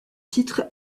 titres